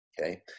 Okay